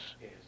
Yes